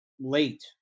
Late